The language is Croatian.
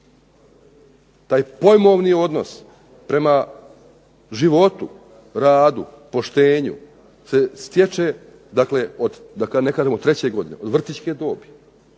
taj pojmovni odnos prema životu, radu, poštenju se stječe da ne kažemo